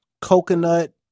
coconut